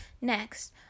Next